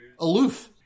aloof